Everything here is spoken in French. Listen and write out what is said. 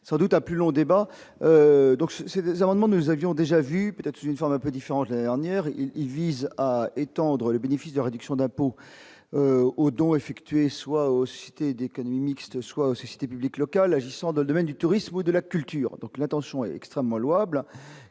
sans doute à plus long débat donc c'est 2 amendements, nous avions déjà vu peut-être une forme un peu différente, dernière il vise à étendre le bénéfice de réductions d'impôts aux dons effectués soit aussi d'économie mixte, soit aux sociétés publiques locales agissant dans le domaine du tourisme ou de la culture, donc l'tension extrêmement louable